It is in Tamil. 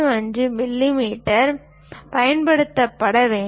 35 மில்லிமீட்டர் பயன்படுத்தப்பட வேண்டும்